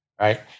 right